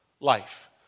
Life